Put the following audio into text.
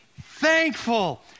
Thankful